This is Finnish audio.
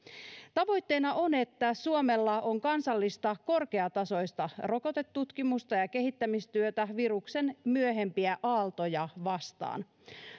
tavoitteena on että suomella on kansallista korkeatasoista rokotetutkimusta ja ja kehittämistyötä viruksen myöhempiä aaltoja vastaan